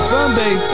Sunday